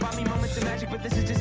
me moments of magic but this is